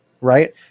right